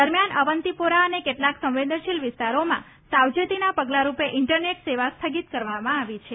દરમ્યાન સવંતીપોરા અને કેટલાંક સંવેદનશીલ વિસ્તારોમાં સાવચેતીના પગલાંડુપે ઇન્ટરનેટ સેવા સ્થગિત કરવામાં આવી છે